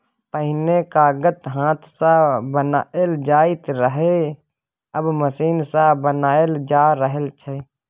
पहिने कागत हाथ सँ बनाएल जाइत रहय आब मशीन सँ बनाएल जा रहल छै